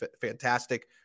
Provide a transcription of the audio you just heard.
fantastic